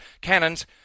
Cannons